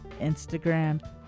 Instagram